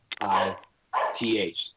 I-T-H